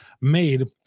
made